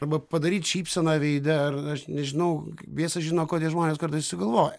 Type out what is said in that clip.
arba padaryt šypseną veide ar aš nežinau biesas žino ko tie žmonės kartais sugalvoja